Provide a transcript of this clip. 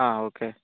ആ ഓക്കെ